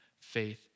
faith